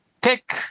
take